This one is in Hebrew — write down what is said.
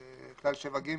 7(ג),